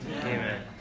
Amen